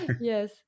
Yes